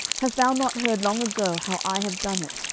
hast thou not heard long ago how i have done it,